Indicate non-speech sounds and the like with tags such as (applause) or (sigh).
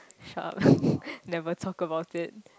shut up (laughs) never talk about it